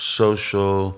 social